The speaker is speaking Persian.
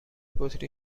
بطری